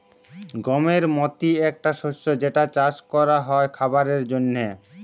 গমের মতি একটা শস্য যেটা চাস ক্যরা হ্যয় খাবারের জন্হে